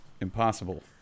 impossible